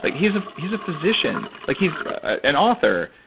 like he's ah he's a physician. like he's an author.